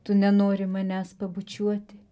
tu nenori manęs pabučiuoti